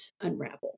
unravel